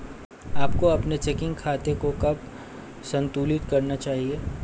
आपको अपने चेकिंग खाते को कब संतुलित करना चाहिए?